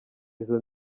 izo